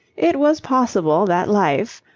it was possible that life,